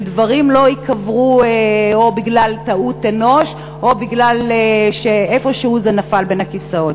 ודברים לא ייקברו או בגלל טעות אנוש או כי איפֹשהו זה נפל בין הכיסאות.